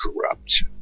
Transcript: corrupt